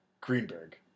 Greenberg